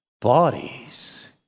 bodies